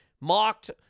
mocked